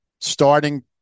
Starting